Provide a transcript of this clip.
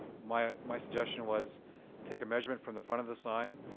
my my suggestion was take a measurement from the front of the sign,